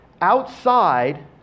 outside